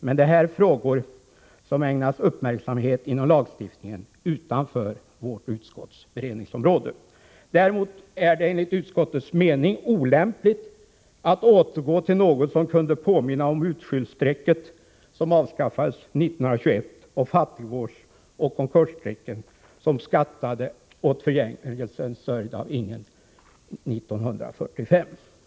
Men det här är frågor som ägnas uppmärksamhet inom lagstiftningen utanför vårt utskotts beredningsområde. Däremot är det enligt utskottets mening olämpligt att återgå till något som kunde påminna om utskyldsstrecket, som avskaffades 1921, och fattigvårdsoch konkursstrecken, som skattade åt förgängelsen, sörjda av ingen, 1945.